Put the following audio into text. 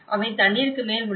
அவை தண்ணீருக்கு மேல் உள்ளன